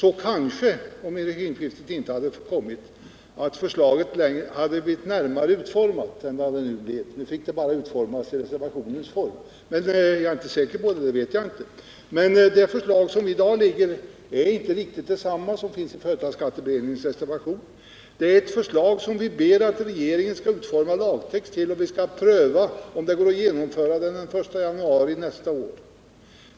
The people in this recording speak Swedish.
Och om regimskiftet inte hade kommit kanske förslaget hade kunnat bli mer noggrant utformat än det blev. Det redovisades nu bara i reservationens form. Jag är dock inte säker på hur förslaget hade utformats under andra förhållanden. Det förslag som föreligger i dag är inte riktigt detsamma som det som fanns i reservationen till företagsskatteberedningens betänkande. Det är ett förslag som vi ber att regeringen skall utforma lagtext till, och vi vill att det skall prövas om det kan genomföras den 1 januari nästa år.